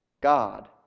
God